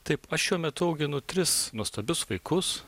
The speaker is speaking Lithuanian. taip aš šiuo metu auginu tris nuostabius vaikus